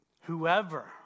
Whoever